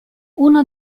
uno